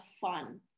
fun